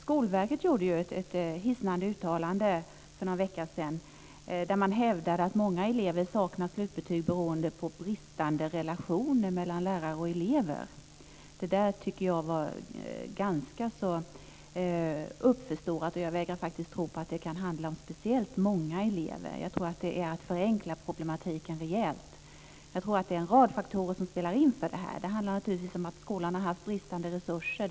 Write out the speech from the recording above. Skolverket gjorde ett hisnande uttalande för någon vecka sedan där man hävdade att många elever saknar slutbetyg beroende på bristande relationer mellan lärare och elever. Jag tycker att det där var ganska uppförstorat. Jag vägrar att tro att det kan handla om speciellt många elever. Det är nog att förenkla problematiken rejält. Jag tror att det är en rad faktorer som spelar in här. Det handlar naturligtvis om att skolan har haft bristande resurser.